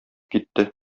китте